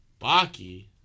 Baki